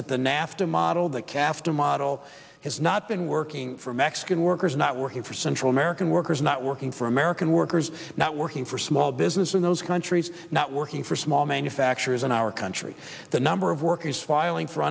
that the nafta model that cast a model has not been working for mexican workers not working for central american workers not working for american workers not working for small business in those countries not working for small manufacturers in our country the number of workers filing for